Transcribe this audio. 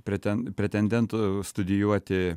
pretendentų studijuoti